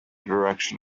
direction